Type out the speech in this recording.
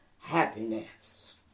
happiness